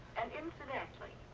and incidentally,